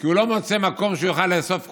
כי הוא לא מוצא מקום שהוא יוכל לאסוף קולות,